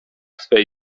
swej